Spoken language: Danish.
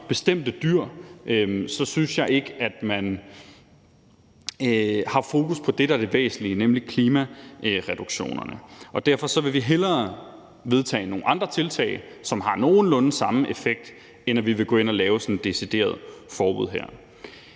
bestemte dyr, synes jeg ikke, at man har fokus på det, der er det væsentlige, nemlig klimareduktionerne. Derfor vil vi hellere vedtage nogle andre tiltag, som har nogenlunde samme effekt, end at vi vil gå ind og lave et decideret forbud her.